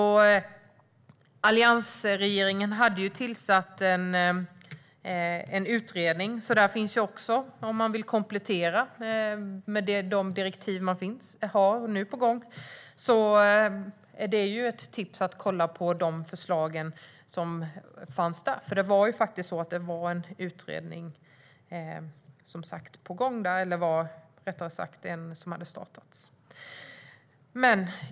Alliansregeringen hade ju tillsatt en utredning. Om man vill komplettera de direktiv som nu är på gång är det ett tips att kolla de förslag som fanns där. Det var som sagt en utredning som var på gång eller rättare sagt hade startats.